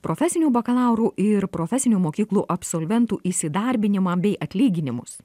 profesinių bakalaurų ir profesinių mokyklų absolventų įsidarbinimą bei atlyginimus